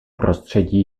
prostředí